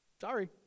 sorry